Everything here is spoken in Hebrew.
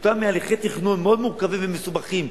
כי אותם הליכי תכנון מאוד מורכבים ומסובכים,